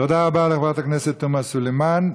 תודה רבה לחברת הכנסת תומא סלימאן.